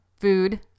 food